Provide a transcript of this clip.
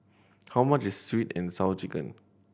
how much is Sweet And Sour Chicken